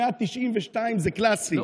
192 זה קלאסי.